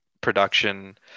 production